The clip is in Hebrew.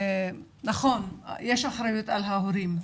נכון, יש אחריות על ההורים,